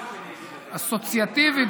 אסוציאטיבית,